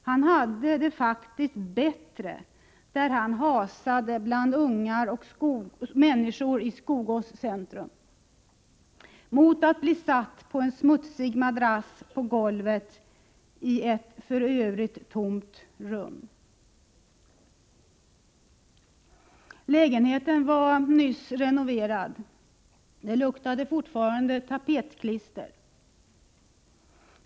Han hade det faktiskt bättre där han hasade bland ungar och andra människor i Skogås centrum, mot att bli satt på en smutsig madrass på golvet i ett för övrigt tomt rum. Lägenheten var nyss renoverad, det luktade fortfarande tapetklister.